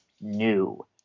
new